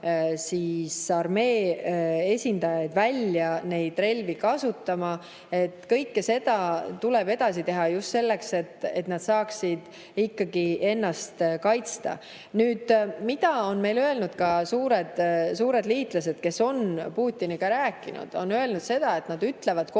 armee esindajaid välja neid relvi kasutama. Kõike seda tuleb edasi teha just selleks, et nad saaksid ennast kaitsta. Mida on meile öelnud suured liitlased, kes on Putiniga rääkinud? Nad on öelnud seda, et nad ütlevad talle